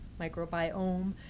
microbiome